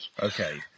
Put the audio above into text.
Okay